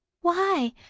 Why